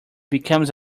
becomes